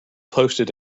posted